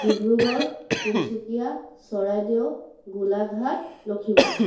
Dibrugarh Tinsukia Charaideo Golaghat Lakhimpur